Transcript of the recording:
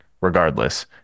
regardless